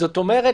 זאת אומרת